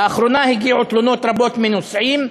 לאחרונה הגיעו תלונות רבות מנוסעים,